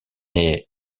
est